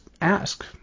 ask